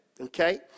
okay